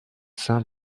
sein